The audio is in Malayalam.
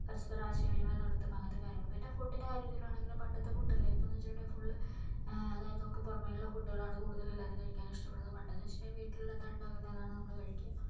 പരസ്പരം ആശയവിനിമയം നടത്തും അങ്ങനെത്തെ കാര്യങ്ങളും പിന്നെ ഫുഡിൻ്റെ കാര്യം വരുവാണെങ്കിൽ പണ്ടത്തെ ഫുഡല്ല ഇപ്പമെന്ന് വെച്ചിട്ടുണ്ടെങ്കില് ഫുൾ അതായത് നമുക്ക് പുറമെയുള്ള ഫുഡുകളാണ് കൂടുതൽ എല്ലാവരും കഴിക്കാൻ ഇഷ്ട്ടപ്പെടുന്നത് പണ്ടെന്ന് വെച്ചിട്ടുണ്ടെങ്കിൽ വീട്ടില് എന്താ ഉണ്ടാക്കുന്നത് അതാണ് നമ്മള് കഴിക്കുക